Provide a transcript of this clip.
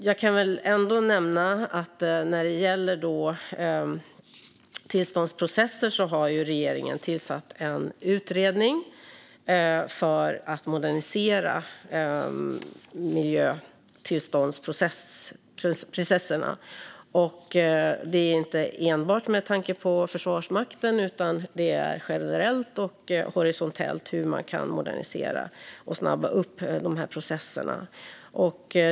Jag kan ändå nämna att regeringen har tillsatt en utredning för att modernisera miljötillståndsprocesserna. Det sker inte enbart med tanke på Försvarsmakten, utan det gäller generellt och horisontellt hur man kan modernisera och snabba upp dessa processer.